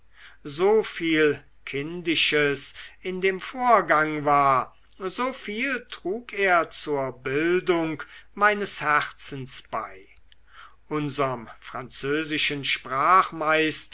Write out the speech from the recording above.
anhielt soviel kindisches in dem vorgang war soviel trug er zur bildung meines herzens bei unserm französischen